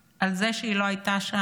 זה שהיא לא הייתה שם